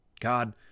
God